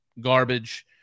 garbage